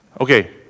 Okay